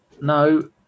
no